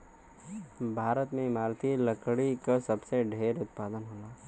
भारत में इमारती लकड़ी क सबसे ढेर उत्पादन होला